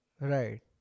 Right